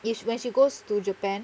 if when she goes to japan